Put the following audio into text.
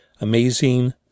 amazing